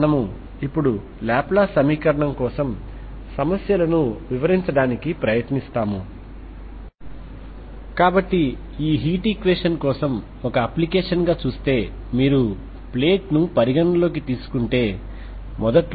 సరే మనము రాడ్ వెంట మన ఇనీషియల్ బౌండరీ వాల్యూ సమస్యగా ut 2uxx0 సమస్యను వ్రాస్తాము కాబట్టి 2 అనేది రాడ్ యొక్క పదార్థాన్ని బట్టి థర్మల్ డిఫ్యూసివిటీ కాంస్టెంట్